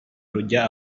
rujya